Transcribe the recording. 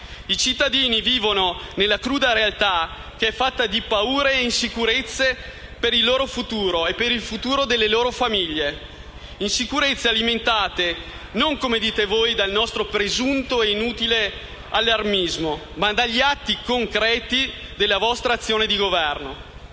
I cittadini vivono nella cruda realtà, che è fatta di paure e insicurezze per il futuro loro e delle proprie famiglie. Si tratta di insicurezze alimentate non, come dite voi, dal nostro presunto e inutile allarmismo, ma dagli atti concreti della vostra azione di Governo.